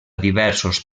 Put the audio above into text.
diversos